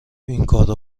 اینکارو